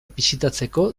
bisitatzeko